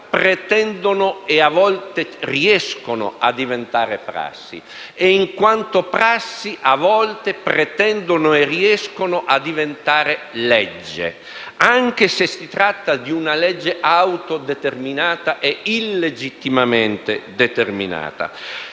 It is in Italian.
in quanto prassi, a volte pretendono e riescono a diventare legge, anche se si tratta di leggi autodeterminate e illegittimamente determinate.